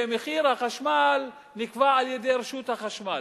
שמחיר החשמל נקבע על-ידי רשות החשמל,